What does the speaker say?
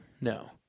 no